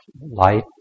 light